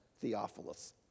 Theophilus